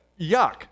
Yuck